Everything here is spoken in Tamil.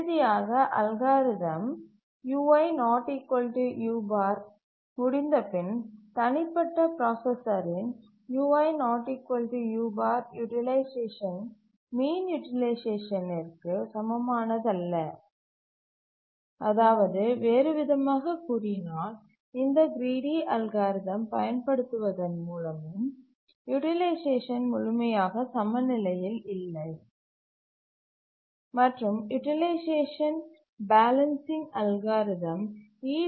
இறுதியாக அல்காரிதம் முடிந்தபின் தனிப்பட்ட பிராசசரின் யூட்டிலைசேஷன் மீன் யூட்டிலைசேஷன்ற்கு சமமானதல்ல அதாவது வேறுவிதமாகக் கூறினால் இந்த கிரீடி அல்காரிதம் பயன்படுத்துவதன் மூலமும் யூட்டிலைசேஷன் முழுமையாக சமநிலையில் இல்லை மற்றும் யூட்டிலைசேஷன் பேலன்ஸிங் அல்காரிதம் ஈ